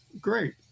Great